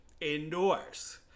indoors